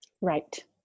Right